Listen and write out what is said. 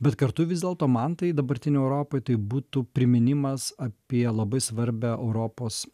bet kartu vis dėlto man tai dabartinei europai tai būtų priminimas apie labai svarbią europos